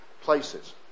places